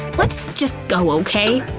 let's just go, okay?